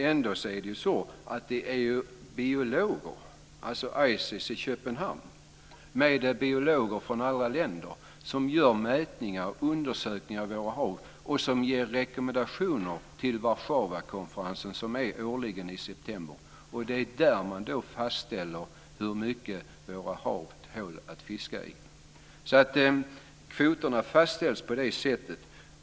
Ändå är det ju biologer - ICES i Köpenhamn med biologer från alla länder - som gör mätningar och undersökningar av våra hav och ger rekommendationer till Warszawakonferensen, som hålls årligen i september, och det är där man fastställer hur mycket våra hav tål att fiskas på. Kvoterna fastställs alltså på det sättet.